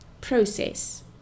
process